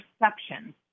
perception